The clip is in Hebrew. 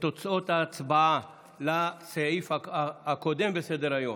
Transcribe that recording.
את תוצאות ההצבעה לסעיף הקודם בסדר-היום,